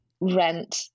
rent